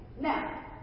Now